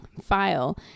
file